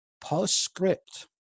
Postscript